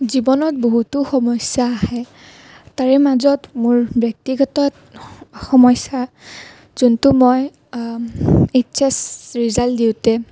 জীৱনত বহুতো সমস্যা আহে তাৰে মাজত মোৰ ব্যক্তিগত স সমস্যা যিটো মই এইছ এছ ৰিজাল্ট দিওঁতে